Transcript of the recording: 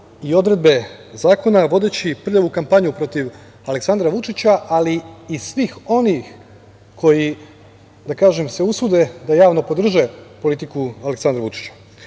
i odredbe zakona, vodeći prljavu kampanju protiv Aleksandra Vučića, ali i svih onih koji, da kažem, se usude da javno podrže politiku Aleksandru